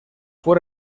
fue